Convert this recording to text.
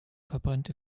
verbrennt